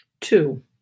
Two